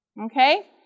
Okay